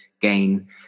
gain